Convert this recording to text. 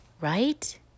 right